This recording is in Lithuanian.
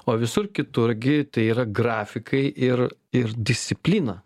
o visur kitur gi tai yra grafikai ir ir disciplina